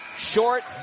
Short